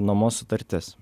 nuomos sutartis